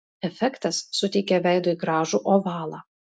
efektas suteikia veidui gražų ovalą